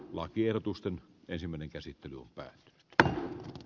lakiehdotusta ensimmäinen käsittely on päässyt p a